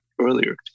earlier